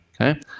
okay